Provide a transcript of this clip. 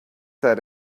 that